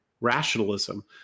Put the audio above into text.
rationalism